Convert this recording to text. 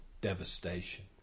devastation